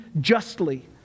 justly